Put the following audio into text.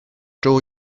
dro